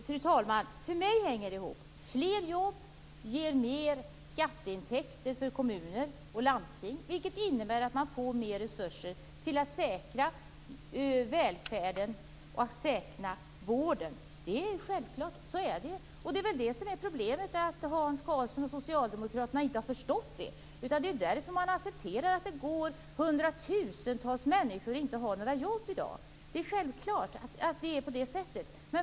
Fru talman! För mig hänger det ihop. Fler jobb ger mer skatteintäkter för kommuner och landsting, vilket innebär att man får mer resurser för att säkra välfärden och vården. Det är självklart så. Problemet är att Hans Karlsson och socialdemokraterna inte har förstått detta. Det är därför man accepterar att hundratusentals människor inte har några jobb. Det är självklart så.